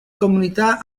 comunità